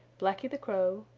blacky the crow,